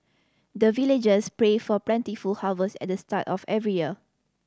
the villagers pray for plentiful harvest at the start of every year